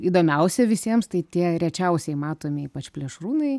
įdomiausia visiems tai tie rečiausiai matomi ypač plėšrūnai